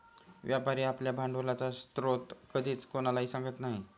व्यापारी आपल्या भांडवलाचा स्रोत कधीच कोणालाही सांगत नाही